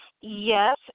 Yes